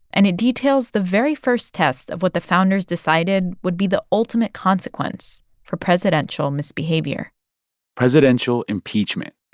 and it details the very first test of what the founders decided would be the ultimate consequence for presidential misbehavior presidential impeachment